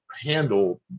handle